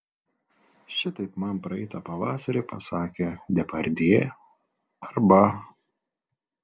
šitaip man praeitą pavasarį pasakė depardjė arba